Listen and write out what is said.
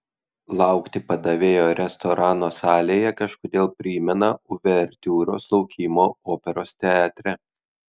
laukti padavėjo restorano salėje kažkodėl primena uvertiūros laukimą operos teatre